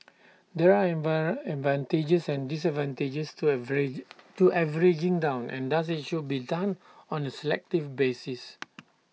there are advantages and disadvantages to average to averaging down and thus IT should be done on A selective basis